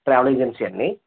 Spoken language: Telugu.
ట్రావెల్ ఏజెన్సీయా అండి